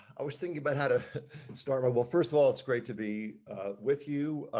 i was thinking about how to start a double first of all it's great to be with you